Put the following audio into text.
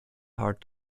heart